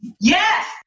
Yes